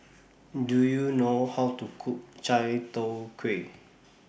Do YOU know How to Cook Chai Tow Kuay